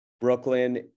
Brooklyn